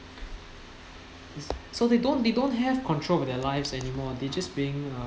so they don't they don't have control over their lives anymore they just being